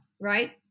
right